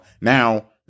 Now